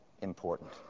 important